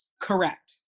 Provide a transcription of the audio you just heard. Correct